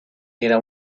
era